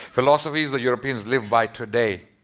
philosophies the europeans live by today.